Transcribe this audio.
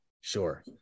Sure